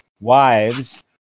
wives